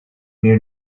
knew